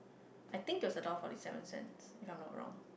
I think it was a dollar forty seven cents if I'm not wrong